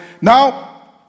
Now